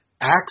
acts